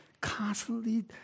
Constantly